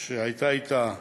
שהייתה אתה,